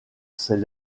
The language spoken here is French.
ces